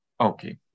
Okay